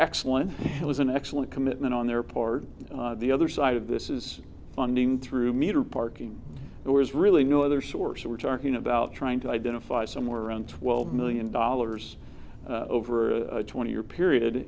excellent it was an excellent commitment on their part the other side of this is funding through metered parking there was really no other source we were talking about trying to identify somewhere around twelve million dollars over a twenty year period